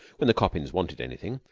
when the coppins wanted anything,